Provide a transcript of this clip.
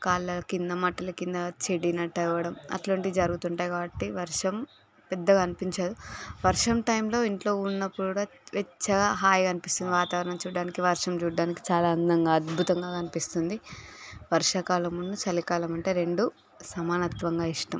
కాళ్ళ కింద మట్టల కింద చెడినట్టు అవ్వడం అట్లాంటివి జరుగుతుంటాయి కాబట్టి వర్షం పెద్దగా అనిపించదు వర్షం టైంలో ఇంట్లో ఉన్నప్పుడు కూడా వెచ్చగా హాయిగా అనిపిస్తుంది వాతావరణం చూడటానికి వర్షం చూడటానికి చాలా అందంగా అద్భుతంగా కనిపిస్తుంది వర్షాకాలం చలికాలం అంటే రెండు సమానంగా ఇష్టం